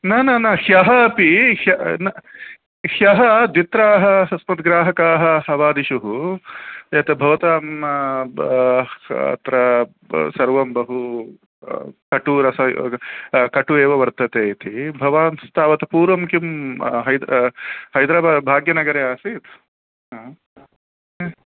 न न न श्वः अपि श्वः न श्वः द्वित्राः सस्मद् ग्राहकाः अवादिषुः यत् भवतां अत्र सर्वं बहु कटुरसः कटुः एव वर्तते इति भवान् तावत् पूर्वं किं हैद्राबाद् भाग्यनगरे आसीत् ह हु